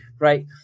Right